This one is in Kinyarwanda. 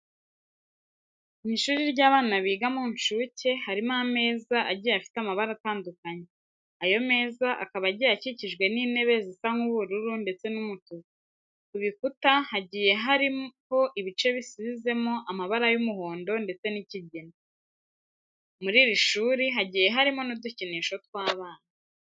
Mu ishuri ry'abana biga mu nshuke, harimo ameza agiye afite amabara atandukanye, ayo meza akaba agiye akikijwe n'intebe zisa nk'ubururu ndetse n'umutuku. Ku bikuta hagiye hariho ibice bisizemo amabara y'umuhondo ndetse n'ikigina. Muri iri shuri hagiye harimo n'udukinisho tw'abana.